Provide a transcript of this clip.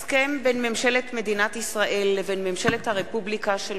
הסכם בין ממשלת מדינת ישראל לבין ממשלת הרפובליקה של